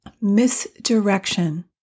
misdirection